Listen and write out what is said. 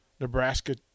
Nebraska